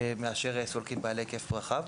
מאשר סולקים בעלי היקף פעילות רחב.